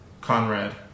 Conrad